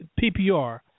PPR